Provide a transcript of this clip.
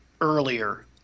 earlier